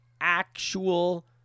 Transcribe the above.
actual